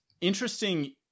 interesting